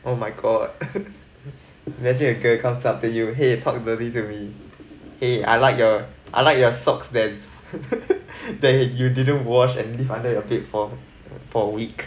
oh my god legit a girl comes up to you !hey! talk dirty to me eh I like your I like your socks that's that he you didn't wash and leave under your bed for for a week